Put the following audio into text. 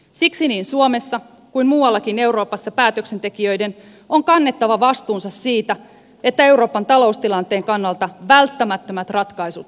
siksi niin suomessa kuin muuallakin euroopassa päätöksentekijöiden on kannettava vastuunsa siitä että euroopan taloustilanteen kannalta välttämättömät ratkaisut saadaan tehtyä